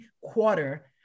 quarter